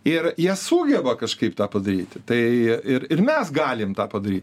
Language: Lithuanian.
ir jie sugeba kažkaip tą padaryti tai ir ir mes galim tą padaryt